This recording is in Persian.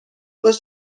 باش